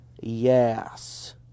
Yes